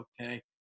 okay